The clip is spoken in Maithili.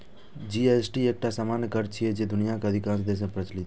जी.एस.टी एकटा सामान्य कर छियै, जे दुनियाक अधिकांश देश मे प्रचलित छै